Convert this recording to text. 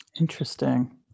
Interesting